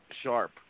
sharp